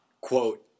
quote